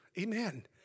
Amen